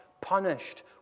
punished